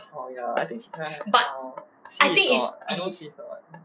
oh ya I think he is C is not I know C is not